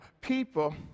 people